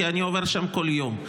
כי אני עובר שם כל יום.